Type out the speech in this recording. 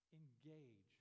engage